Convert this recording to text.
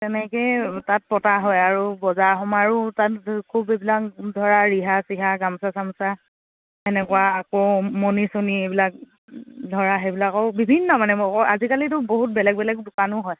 তেনেকৈয়ে তাত পতা হয় আৰু বজাৰ সমাৰো তাত খুব এইবিলাক ধৰা ৰিহা চিহা গামোচা চামোচা সেনেকুৱা আকৌ মনি চনি এইবিলাক ধৰা সেইবিলাকো বিভিন্ন মানে আজিকালিতো বহুত বেলেগ বেলেগ দোকানো হয়